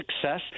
success